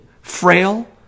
frail